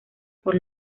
por